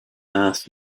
earth